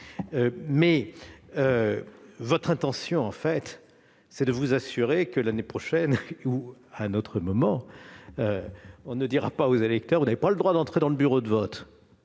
Votre intention est en fait de vous assurer que, l'année prochaine, ou à un autre moment, on ne dira pas aux électeurs :« Vous n'avez pas le droit d'entrer dans le bureau de vote